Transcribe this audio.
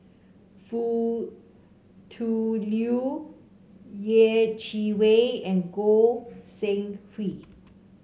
Foo Tui Liew Yeh Chi Wei and Goi Seng Hui